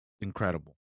incredible